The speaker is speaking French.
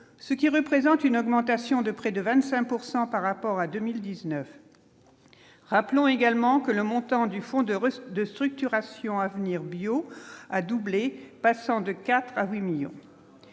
ce qui représente une augmentation de près de 25 pourcent par rapport à 2019 rappelons également que le montant du fonds de Russes de structuration à venir bio a doublé, passant de 4 à 8 millions,